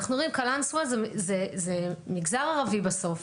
אנחנו מדברים על קלנסווה זה מגזר ערבי בסוף,